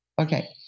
okay